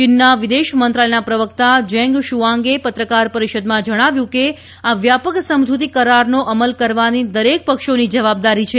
ચીનના વિદેશ મંત્રાલયના પ્રવક્તાએ જેંગ શુઆંગે પત્રકાર પરિષદમાં જણાવ્યું કે આ વ્યાપક સમજુતી કરારનો અમલ કરવાની દરેક પક્ષોની જવાબદારી છે